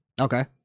Okay